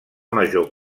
major